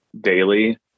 daily